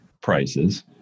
prices